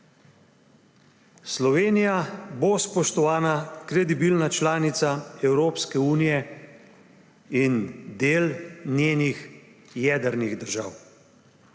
Slovenija bo spoštovana, kredibilna članica Evropske unije in del njenih jedrnih držav.